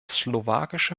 slowakische